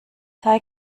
sei